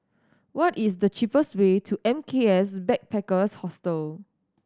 what is the cheapest way to M K S Backpackers Hostel